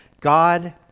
God